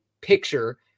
picture